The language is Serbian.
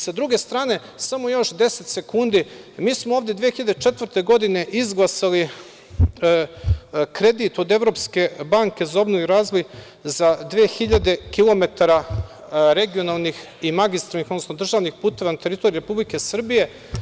S druge strane, mi smo ovde 2004. godine izglasali kredit od Evropske banke za obnovu i razvoj za 2000 kilometara regionalnih i magistralnih, odnosno državnih puteva na teritoriji Republike Srbije.